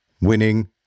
winning